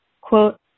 Quote